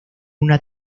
una